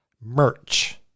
merch